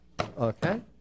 Okay